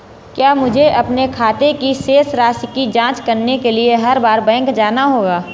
क्या मुझे अपने खाते की शेष राशि की जांच करने के लिए हर बार बैंक जाना होगा?